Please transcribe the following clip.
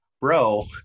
bro